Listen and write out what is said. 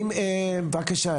בבקשה,